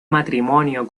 matrimonio